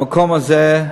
במקום הזה,